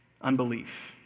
unbelief